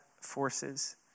forces